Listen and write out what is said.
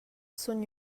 sun